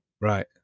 Right